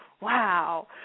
Wow